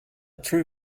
true